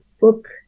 book